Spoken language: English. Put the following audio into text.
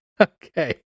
okay